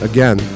Again